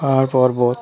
আরা পর্বত